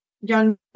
young